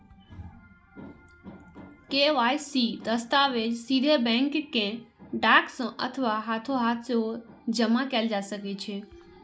KYC दस्तावेज सीधे bank कें डाक सं अथवा हाथोहाथ सेहो जमा कैल जा सकै छै